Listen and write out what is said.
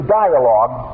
dialogue